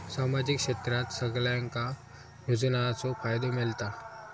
सामाजिक क्षेत्रात सगल्यांका योजनाचो फायदो मेलता?